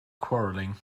quarrelling